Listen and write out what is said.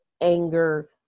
anger